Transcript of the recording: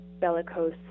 bellicose